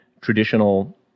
traditional